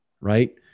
right